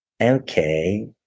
Okay